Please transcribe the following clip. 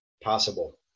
possible